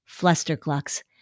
flusterclucks